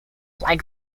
like